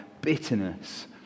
bitterness